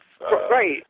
Right